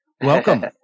Welcome